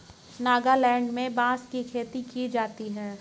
नागालैंड में बांस की खेती की जाती है